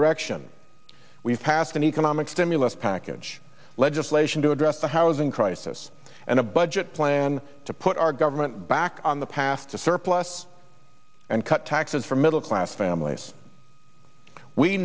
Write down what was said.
direction we've passed an economic stimulus package legislation to address the housing crisis and a budget plan to put our government back on the path to surplus and cut taxes for middle class families we